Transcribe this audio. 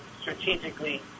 strategically